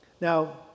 Now